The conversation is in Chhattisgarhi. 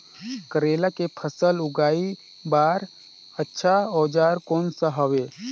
करेला के फसल उगाई बार अच्छा औजार कोन सा हवे?